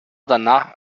danach